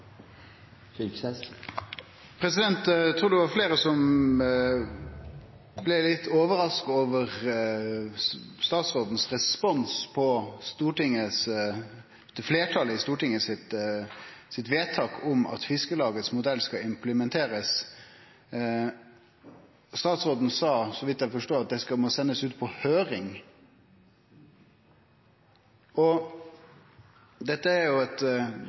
det. Eg trur det var fleire som blei litt overraska over responsen til statsråden på stortingsfleirtalets vedtak om at Fiskarlagets modell skal implementerast. Statsråden sa, så vidt eg forstår, at dette må sendast ut på høyring. Dette er